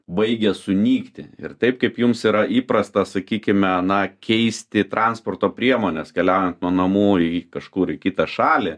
baigia sunykti ir taip kaip jums yra įprasta sakykime na keisti transporto priemones keliaujant nuo namų į kažkur į kitą šalį